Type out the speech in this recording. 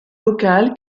local